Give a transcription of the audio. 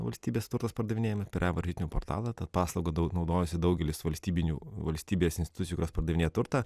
valstybės turtas pardavinėjamas per evažytinių portalą ta paslauga naudojasi daugelis valstybinių valstybės institucijų kurios pardavinėja turtą